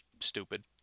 stupid